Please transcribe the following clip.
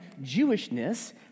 Jewishness